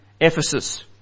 Ephesus